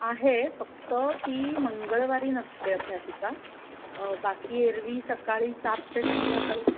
आहे फक्त ती मंगळवारी नसते अभ्यासिका बाकी एरव्ही सकाळी सात ते संध्याकाळी